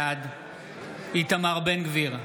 בעד איתמר בן גביר,